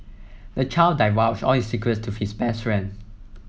the child divulged all his secrets to his best friend